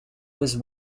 was